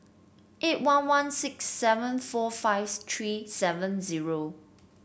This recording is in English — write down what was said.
eight one one six seven four five three seven zero